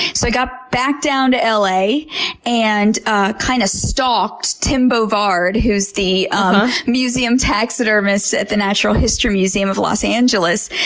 so, i got back down to ah la and ah kind of stalked tim bovard, who's the um museum taxidermist at the natural history museum of los angeles.